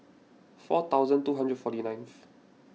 four thousand two hundred forty ninth